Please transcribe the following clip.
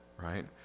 Right